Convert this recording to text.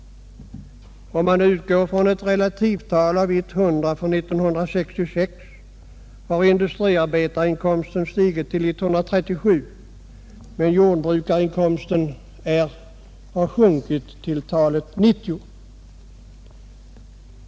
Om man utgår från eu indextal på 100 är 1966 har arbetarinkomsten stigit till 137 medan jordbrukarinkomsten har sjunkit till 90.